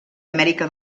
amèrica